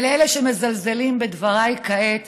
ולאלה שמזלזלים בדבריי כעת,